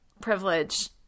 privilege